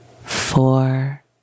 Four